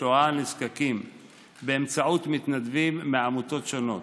שואה נזקקים באמצעות מתנדבים מעמותות שונות.